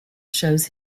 shows